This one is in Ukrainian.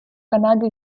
канаді